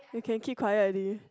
you can keep quiet already